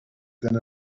than